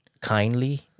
kindly